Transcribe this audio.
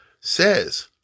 says